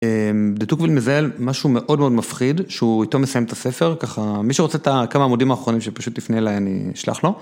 דתוקוויל מזהה על משהו מאוד מאוד מפחיד שהוא איתו מסיים את הספר ככה מי שרוצה כמה עמודים האחרונים שפשוט תפנה אליי אני שלח לו.